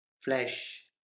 flesh